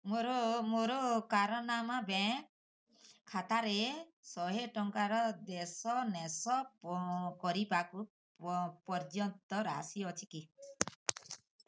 ମୋର ମୋର କରନାମା ବ୍ୟାଙ୍କ୍ ଖାତାରେ ଶହେ ଟଙ୍କାର ଦେଶନେଶ କରିବାକୁ ପର୍ଯ୍ୟାପ୍ତ ରାଶି ଅଛି କି